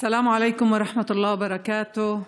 א-סלאם עליכום ורחמת אללה וברכאתה.